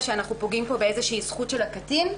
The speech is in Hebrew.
שאנחנו פוגעים פה באיזושהי זכות של הקטין,